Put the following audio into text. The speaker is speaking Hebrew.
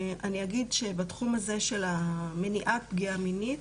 אני אגיד שבתחום הזה של מניעת פגיעה מינית